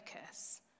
focus